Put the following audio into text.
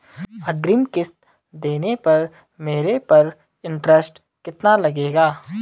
अग्रिम किश्त देने पर मेरे पर इंट्रेस्ट कितना लगेगा?